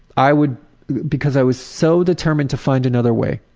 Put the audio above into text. i would because i was so determined to find another way,